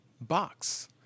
box